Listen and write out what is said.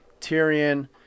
Tyrion